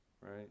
right